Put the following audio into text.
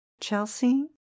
Chelsea